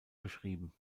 beschrieben